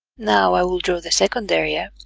now i will draw the second area,